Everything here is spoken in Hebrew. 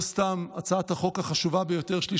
לא סתם הצעת החוק החשובה ביותר שלי,